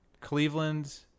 Cleveland